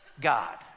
God